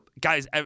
Guys